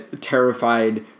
terrified